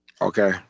Okay